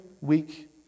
week